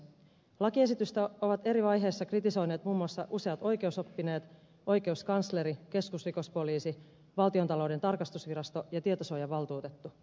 lakiesitystä ovat eri vaiheissa kritisoineet muun muassa useat oikeusoppineet oikeuskansleri keskusrikospoliisi valtiontalouden tarkastusvirasto ja tietosuojavaltuutettu